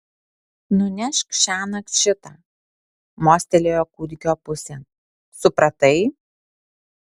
nunešk šiąnakt šitą mostelėjo kūdikio pusėn supratai